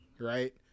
right